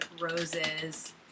Roses